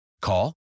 call